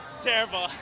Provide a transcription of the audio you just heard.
terrible